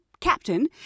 captain